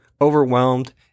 overwhelmed